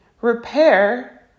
Repair